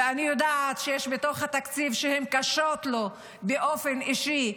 ואני יודעת שיש בתוך התקציב גזרות שקשות לו באופן אישי,